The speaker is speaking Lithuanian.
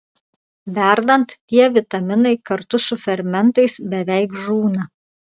verdant tie vitaminai kartu su fermentais beveik žūna